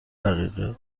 دقیقه